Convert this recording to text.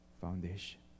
foundation